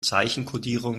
zeichenkodierung